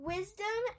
Wisdom